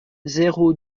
zéro